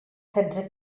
setze